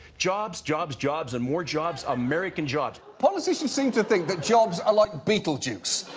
jobs, jobs, jobs, and more jobs. american jobs. politicians seem to think that jobs are like beetlejuice.